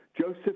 Joseph